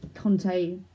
Conte